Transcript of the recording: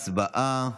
הצבעה.